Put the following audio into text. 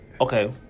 Okay